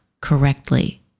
correctly